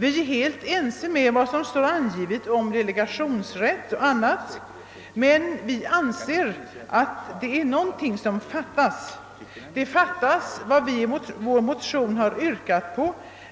Vi är helt införstådda med vad som står angivet om delegationsrätt men anser ändå att något fattas. Vad som fattas är det som vi säger i vår motion